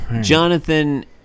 Jonathan